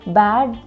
bad